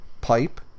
pipe